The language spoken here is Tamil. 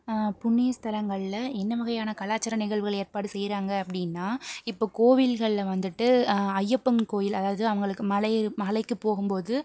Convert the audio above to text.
புண்ணிய ஸ்தலங்கள்ல என்ன வகையான கலாச்சார நிகழ்வுகள் ஏற்பாடு செய்கிறாங்க அப்படின்னா இப்ப கோவில்கள்ல வந்துட்டு ஐயப்பன் கோவில் அதாவது அவங்களுக்கு மலை மலைக்கு போகும் போது